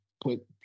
put